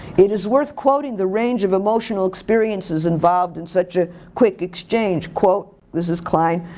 it is worth quoting the range of emotional experiences involved in such a quick exchange. quote, this is klein.